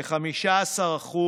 כ-15%